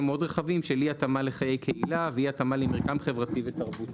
של אי התאמה לחיי קהילה ואי התאמה למרקם חברתי ותרבותי.